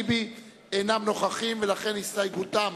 אין הסתייגויות.